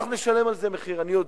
אנחנו נשלם על זה מחיר, אני יודע.